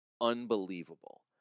unbelievable